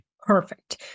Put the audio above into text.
Perfect